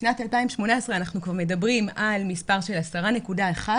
בשנת 2018 אנחנו כבר מדברים על מספר של 10.1,